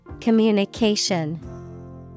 Communication